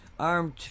armed